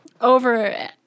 over